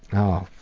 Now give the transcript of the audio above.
oh,